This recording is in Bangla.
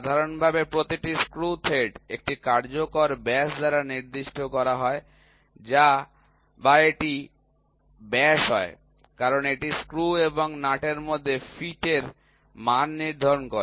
সাধারণভাবে প্রতিটি স্ক্রু থ্রেড একটি কার্যকর ব্যাস দ্বারা নির্দিষ্ট করা হয় বা যদি এটি ব্যাস হয় কারণ এটি স্ক্রু এবং নাট এর মধ্যে ফিটের মান নির্ধারণ করে